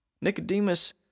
Nicodemus